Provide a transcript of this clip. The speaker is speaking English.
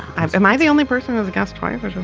am i the only person whose gas prices